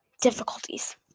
Difficulties